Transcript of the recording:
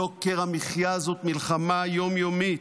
יוקר המחיה זאת מלחמה יום-יומית,